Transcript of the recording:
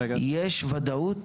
האם יש ודאות?